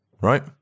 right